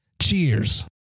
Cheers